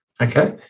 okay